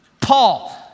Paul